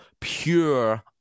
Pure